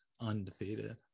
undefeated